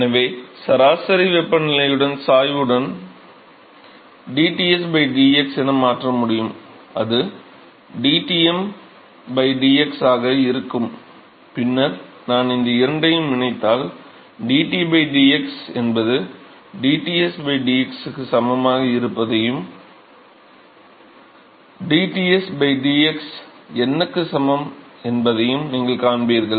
எனவே சராசரி வெப்பநிலையின் சாய்வுடன் dTs dx என மாற்ற முடியும் அது dTm dx ஆக இருக்கும் பின்னர் நான் இந்த இரண்டையும் ஒன்றாக இணைத்தால் dTdx என்பது dTs dx க்கு சமமாக இருக்கும் என்பதையும் dTs dx n க்கு சமம் என்பதையும் நீங்கள் காண்பீர்கள்